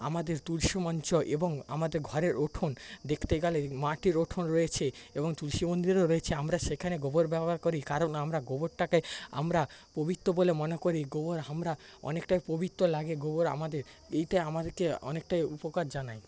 আমাদের তুলসি মঞ্চ এবং আমাদের ঘরের উঠোন দেখতে গেলে মাটির উঠোন রয়েছে এবং তুলসি মন্দিরও রয়েছে আমরা সেখানে গোবর ব্যবহার করি কারণ আমরা গোবরটাকে আমরা পবিত্র বলে মনে করি গোবর আমরা অনেকটাই পবিত্র লাগে গোবর আমাদের এইটা আমাদেরকে অনেকটাই উপকার জানায়